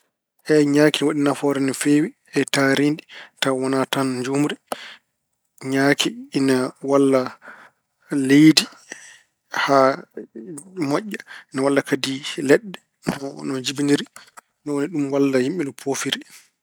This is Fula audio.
Eey, ñaaki ina waɗi nafoore no feewi e taariindi tawa wonaa tan njuumri. Ñaaki ina walla leydi haa moƴƴa. Ina walla kadi leɗɗe no- no njibiniri, ni woni ɗum walla yimɓe no poofiri.